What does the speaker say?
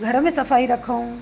घर में सफ़ाई रखूं